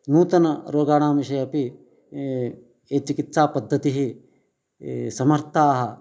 नूतन रोगाणां विषये अपि ये ये चिकित्सापद्धतिः समर्थाः